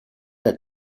der